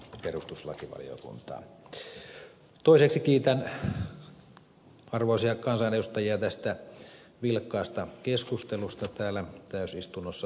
toiseksi kiitän arvoisia kansanedustajia tästä vilkkaasta keskustelusta täällä täysistunnossa